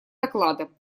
доклада